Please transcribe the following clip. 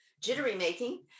jittery-making